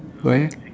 why leh